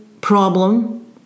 problem